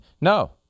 No